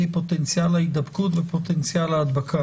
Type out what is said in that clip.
פוטנציאל ההידבקות ופוטנציאל ההדבקה?